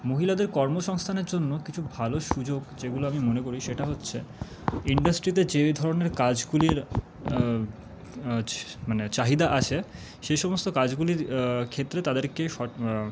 মহিলাদের কর্মসংস্থানের জন্য কিছু ভালো সুযোগ যেগুলো আমি মনে করি সেটা হচ্ছে ইন্ডাস্ট্রিতে যে ধরনের কাজগুলির মানে চাহিদা আছে সেই সমস্ত কাজগুলির ক্ষেত্রে তাদেরকে